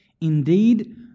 Indeed